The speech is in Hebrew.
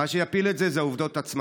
מה שיפיל את זה זה העובדות עצמן".